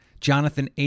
Jonathan